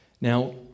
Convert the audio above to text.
Now